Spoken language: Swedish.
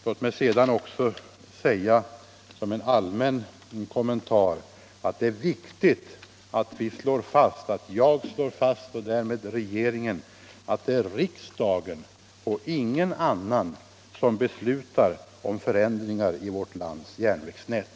Låt mig sedan som en allmän kommentar säga att jag finner det viktigt att jag och därmed regeringen slår fast att det är riksdagen och ingen annan som beslutar om förändringar i vårt lands järnvägsnät.